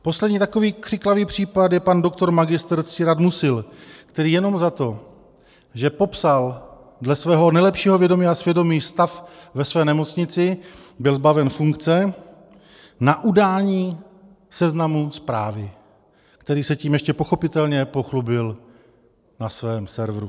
Poslední takový křiklavý případ je pan doktor magistr Ctirad Musil, který jenom za to, že popsal dle svého nejlepšího vědomí a svědomí stav ve své nemocnici, byl zbaven funkce na udání Seznamu Zprávy, který se tím ještě pochopitelně pochlubil na svém serveru.